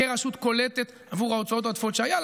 כרשות קולטת עבור ההוצאות העודפות שהיו לה,